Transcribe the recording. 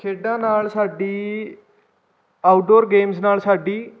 ਖੇਡਾਂ ਨਾਲ ਸਾਡੀ ਆਊਟਡੋਰ ਗੇਮਸ ਨਾਲ ਸਾਡੀ